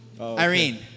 Irene